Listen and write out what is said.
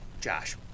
Josh